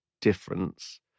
difference